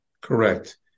Correct